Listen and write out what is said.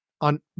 on